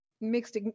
mixed